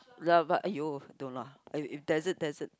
love but !aiya! don't lah I will it that's it that's it